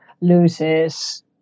loses